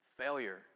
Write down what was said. failure